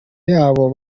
yabo